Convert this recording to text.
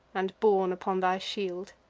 and borne upon thy shield.